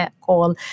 call